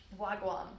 Wagwan